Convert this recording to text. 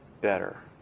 better